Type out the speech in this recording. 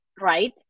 right